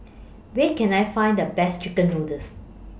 Where Can I Find The Best Chicken Noodles